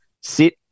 sit